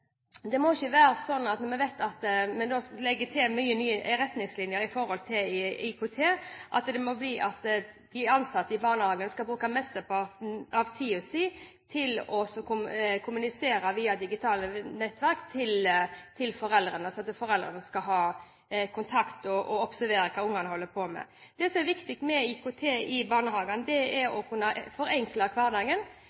være slik når vi legger til mange nye retningslinjer med hensyn til IKT, at de ansatte i barnehagen skal bruke mesteparten av tiden sin til å kommunisere med foreldrene via digitale nettverk, slik at foreldrene skal ha kontakt og observere hva barna holder på med. Det som er viktig med IKT i barnehagene, er at det skal kunne forenkle hverdagen, at man får en kvalitetsheving. Men det er